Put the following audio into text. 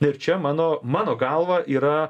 na ir čia mano mano galva yra